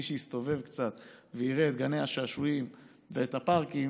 מי שיסתובב קצת ויראה את גני השעשועים ואת הפארקים